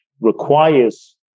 requires